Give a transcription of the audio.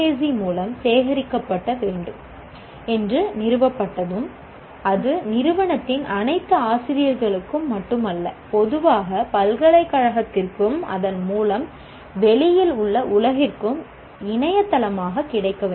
C மூலம் சேகரிக்கப்பட வேண்டும் என்று நிறுவப்பட்டதும் அது நிறுவனத்தின் அனைத்து ஆசிரியர்களுக்கும் மட்டுமல்ல பொதுவாக பல்கலைக்கழகத்திற்கும் அதன் மூலம் வெளியில் உள்ள உலகிற்கும் இணையதளமாக கிடைக்க வேண்டும்